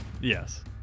Yes